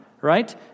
right